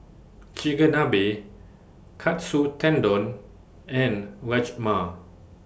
Chigenabe Katsu Tendon and Rajma